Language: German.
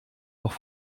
noch